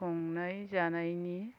संनाय जानायनि